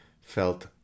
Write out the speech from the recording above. felt